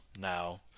now